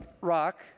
rock